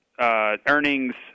earnings